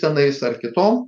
tenais ar kitom